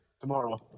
Tomorrow